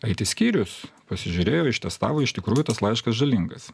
it skyrius pasižiūrėjo ištestavo iš tikrųjų tas laiškas žalingas